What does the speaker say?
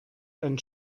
ein